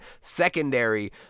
secondary